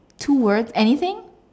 two words anything